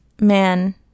man